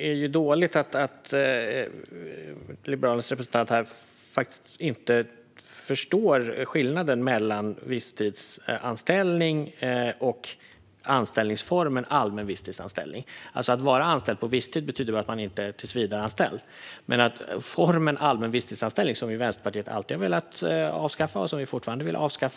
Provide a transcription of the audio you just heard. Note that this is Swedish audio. är dåligt att Liberalernas representant här faktiskt inte förstår skillnaden mellan visstidsanställning och anställningsformen allmän visstidsanställning. Att vara anställd på visstid betyder att man inte är tillsvidareanställd. Men det är formen allmän visstidsanställning som vi i Vänsterpartiet alltid har velat avskaffa och fortfarande vill avskaffa.